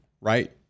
right